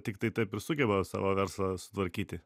tiktai taip ir sugeba savo verslą sutvarkyti